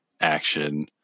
action